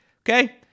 okay